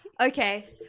Okay